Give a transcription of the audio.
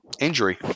Injury